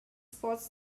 spots